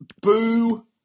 boo